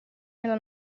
dalla